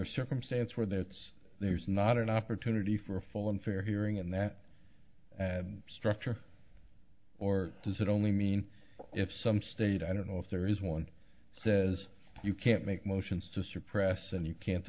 a circumstance where that's there's not an opportunity for a full and fair hearing and that and structure or does it only mean if some state i don't know if there is one says you can't make motions to suppress and you can't